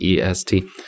EST